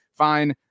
fine